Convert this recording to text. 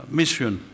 mission